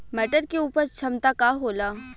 मटर के उपज क्षमता का होला?